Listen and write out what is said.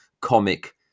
comic